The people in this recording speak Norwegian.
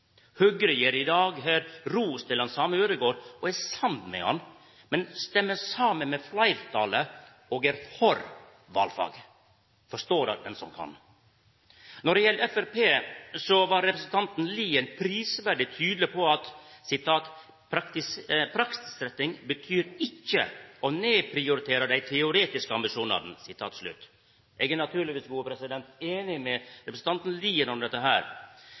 Høgre gir i dag her ros til den same Ødegaard og er samd med han, men stemmer saman med fleirtalet og er for valfag. Forstå det den som kan! Når det gjeld Framstegspartiet, var representanten Lien prisverdig tydeleg på at praksisretting ikkje betyr å nedprioritera dei teoretiske ambisjonane. Eg er naturlegvis samd med representanten Lien i dette.